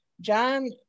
John